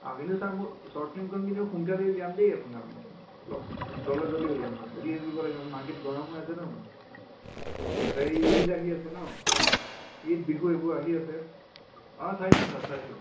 অঁ কিন্তু চাৰ মোৰ চ'ৰ্ট ফিল্মখন কিন্তু সোনকালে উলিয়াম দেই আপোনাৰ অলপ জলদা জলদি উলিয়াম মানে ৰিলিজ দিব লাগে মাৰ্কেট গৰম হৈ আছে টোন তাতে ঈদ আহি আছে ন ঈদ বিহু এইবোৰ আহি আছে অঁ চাইছোঁ চাৰ চাইছোঁ